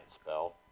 spell